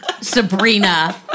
Sabrina